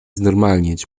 znormalnieć